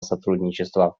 сотрудничества